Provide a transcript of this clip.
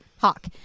Hawk